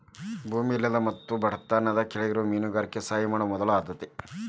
ಭೂಮಿ ಇಲ್ಲದ ಮತ್ತು ಬಡತನದಿಂದ ಕೆಳಗಿರುವ ಮೇನುಗಾರರಿಗೆ ಸಹಾಯ ಮಾಡುದ ಮೊದಲ ಆದ್ಯತೆ